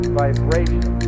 vibration